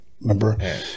remember